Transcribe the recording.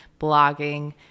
blogging